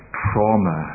trauma